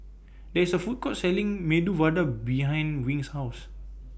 There IS A Food Court Selling Medu Vada behind Wing's House